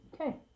Okay